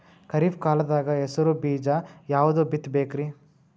ಖರೀಪ್ ಕಾಲದಾಗ ಹೆಸರು ಬೀಜ ಯಾವದು ಬಿತ್ ಬೇಕರಿ?